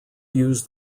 use